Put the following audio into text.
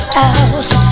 house